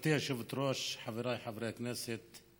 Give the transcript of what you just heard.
גברתי היושבת-ראש, חבריי חברי הכנסת,